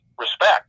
respect